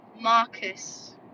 Marcus